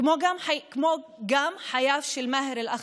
כך גם חייו של מאהר אל-אח'רס,